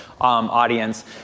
audience